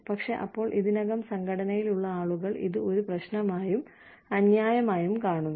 പക്ഷേ അപ്പോൾ ഇതിനകം സംഘടനയിൽ ഉള്ള ആളുകൾ ഇത് ഒരു പ്രശ്നമായും അന്യായമായും കാണുന്നു